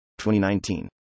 2019